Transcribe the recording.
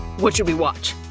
what should we watch?